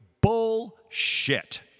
bullshit